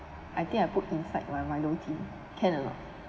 I think I put inside my milo tin can or not